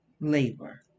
labor